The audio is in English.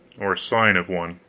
or sign of one.